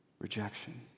Rejection